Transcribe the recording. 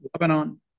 Lebanon